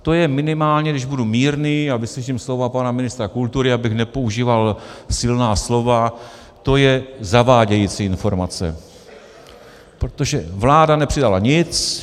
To je minimálně, když budu mírný a vyslyším slova pana ministra kultury, abych nepoužíval silná slova, zavádějící informace, protože vláda nepřidala nic.